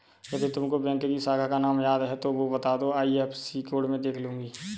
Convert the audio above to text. यदि तुमको बैंक की शाखा का नाम याद है तो वो बता दो, आई.एफ.एस.सी कोड में देख लूंगी